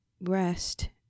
rest